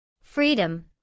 Freedom